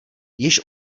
již